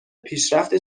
پیشرفت